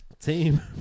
team